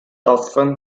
often